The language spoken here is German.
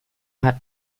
hat